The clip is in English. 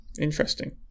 Interesting